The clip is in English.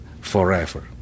forever